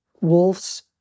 Wolves